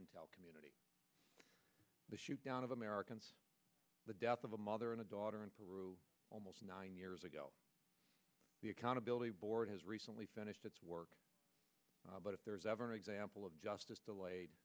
intel community the shoot down of americans the death of a mother and a daughter in peru almost nine years ago the accountability board has recently finished its work but if there's ever an example of justice delayed